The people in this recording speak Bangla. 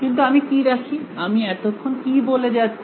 কিন্তু আমি কি রাখি আমি এতক্ষণ কি বলে যাচ্ছি